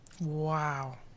Wow